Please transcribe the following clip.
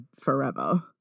forever